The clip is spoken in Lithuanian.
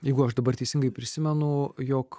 jeigu aš dabar teisingai prisimenu jog